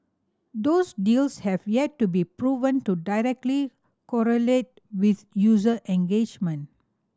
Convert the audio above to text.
those deals have yet to be proven to directly correlate with user engagement